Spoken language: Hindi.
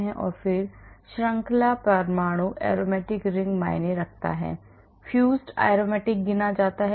और फिर श्रृंखला परमाणु aromatic ring मायने रखता है fused aromatic गिना जाता है